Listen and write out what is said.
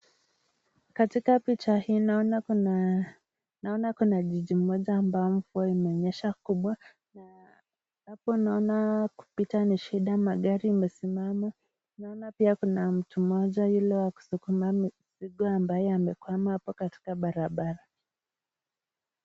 Katika picha hii naona kuna naona kuna jiji moja ambalo mvua imenyesha kubwa na hapo naona kupita ni shida magari yamesimama. Naona pia kuna mtu mmoja yule wa kusukuma mizigo ambaye amekwama hapo katika barabara.